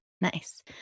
Nice